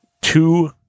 two